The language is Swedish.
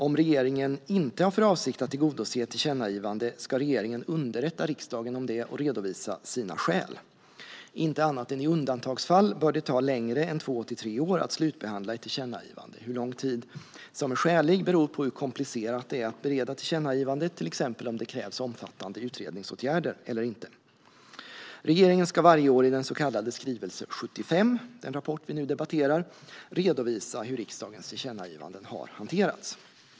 Om regeringen inte har för avsikt att tillgodose ett tillkännagivande ska regeringen underrätta riksdagen om det och redovisa sina skäl. Inte annat än i undantagsfall bör det ta längre tid än två tre år att slutbehandla ett tillkännagivande. Hur lång tid som är skälig beror på hur komplicerat det är att bereda tillkännagivandet, till exempel om det krävs omfattande utredningsåtgärder eller inte. Regeringen ska varje år i den så kallade skrivelse 75 - den rapport som vi nu debatterar - redovisa hur riksdagens tillkännagivanden har hanterats.